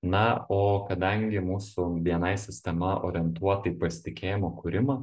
na o kadangi mūsų bni sistema orientuota į pasitikėjimo kūrimą